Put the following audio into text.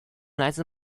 来自